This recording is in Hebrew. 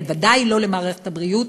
וודאי לא למערכת הבריאות,